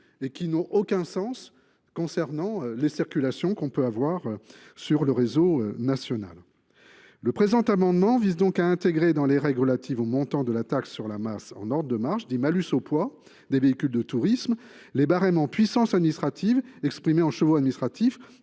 et qui n’ont aucun sens au regard de l’utilisation qu’on peut en avoir sur le réseau national. Le présent amendement vise donc à intégrer, dans les règles relatives au montant de la taxe sur la masse en ordre de marche, dite « malus au poids », des véhicules de tourisme, les barèmes en puissance administrative, exprimée en chevaux administratifs,